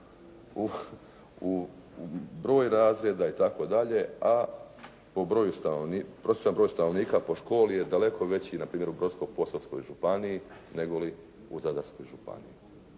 broj razreda i tako dalje, a prosječan broj stanovnika po školi je daleko veći na primjer u Brodsko-posavskoj županiji nego li u Zadarskoj županiji,